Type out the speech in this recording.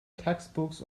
textbooks